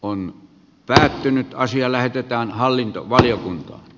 anna päättynyt asia lähetetään hallintovaliokuntaan